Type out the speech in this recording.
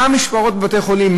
מה המשמרות בבתי-החולים,